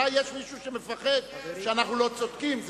אולי יש מישהו שמפחד שאנחנו לא צודקים,